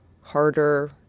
harder